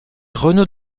renaud